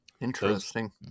Interesting